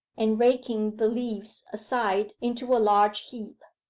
and raking the leaves aside into a large heap,